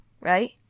right